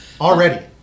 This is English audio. Already